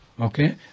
Okay